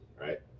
right